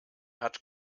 hat